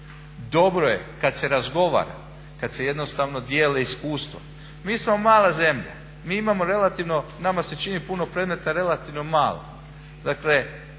Dobro je kada se razgovara, kada se jednostavno dijele iskustva. Mi smo mala zemlja, mi imamo relativno, nama se čini puno predmeta a relativno malo.